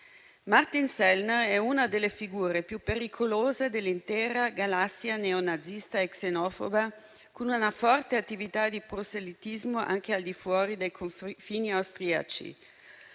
Martin Selner è una delle figure più pericolose dell'intera galassia neonazista e xenofoba, con una forte attività di proselitismo anche al di fuori dei confini austriaci.